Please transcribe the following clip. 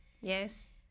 Yes